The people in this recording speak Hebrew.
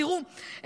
תראו,